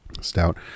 stout